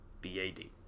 B-A-D